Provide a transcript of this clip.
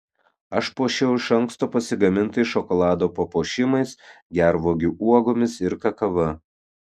aš puošiau iš anksto pasigamintais šokolado papuošimais gervuogių uogomis ir kakava